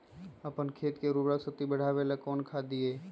अपन खेत के उर्वरक शक्ति बढावेला कौन खाद दीये?